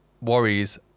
worries